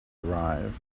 arrive